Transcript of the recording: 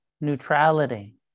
neutrality